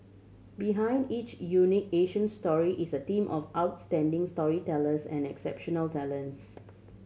behind each unique Asian story is a team of outstanding storytellers and exceptional talents